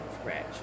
scratch